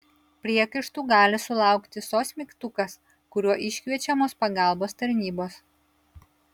priekaištų gali sulaukti sos mygtukas kuriuo iškviečiamos pagalbos tarnybos